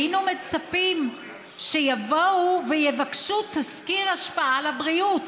היינו מצפים שיבואו ויבקשו תסקיר השפעה על הבריאות.